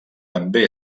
també